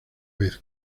vez